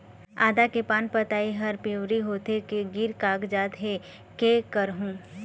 आदा के पान पतई हर पिवरी होथे के गिर कागजात हे, कै करहूं?